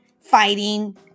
fighting